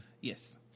Yes